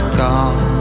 god